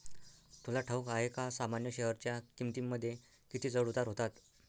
तुला ठाऊक आहे का सामान्य शेअरच्या किमतींमध्ये किती चढ उतार होतात